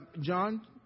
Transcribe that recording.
John